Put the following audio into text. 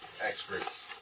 experts